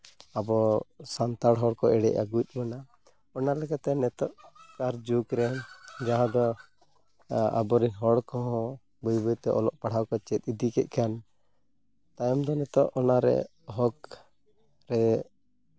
ᱟᱵᱚ ᱥᱟᱱᱛᱟᱲ ᱦᱚᱲᱠᱚ ᱮᱬᱮ ᱟᱹᱜᱩᱭᱮᱫ ᱵᱚᱱᱟ ᱚᱱᱟ ᱞᱮᱠᱟᱛᱮ ᱱᱤᱛᱚᱜ ᱟᱜ ᱡᱩᱜᱽ ᱨᱮ ᱡᱟᱦᱟᱸ ᱫᱚ ᱟᱵᱚᱨᱮᱱ ᱦᱚᱲ ᱠᱚᱦᱚᱸ ᱵᱟᱹᱭ ᱵᱟᱹᱭᱛᱮ ᱚᱞᱚᱜ ᱯᱟᱲᱦᱟᱜ ᱠᱚ ᱪᱮᱫ ᱤᱫᱤ ᱠᱮᱫ ᱠᱷᱟᱱ ᱛᱟᱭᱚᱢᱛᱮ ᱱᱤᱛᱚᱜ ᱚᱱᱟᱨᱮ ᱦᱚᱸᱠ ᱨᱮ